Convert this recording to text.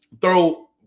throw